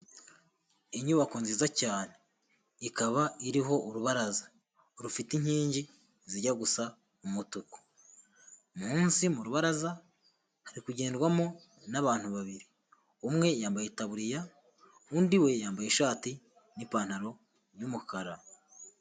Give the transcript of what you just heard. Inyubako nziza cyane ikaba iriho urubaraza rufite inkingi zijya gusa umutuku, munsi mu rubaraza hari kugendwamo n'abantu babiri, umwe yambaye itaburiya undi we yambaye ishati n'ipantaro y'umukara.